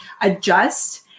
adjust